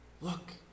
Look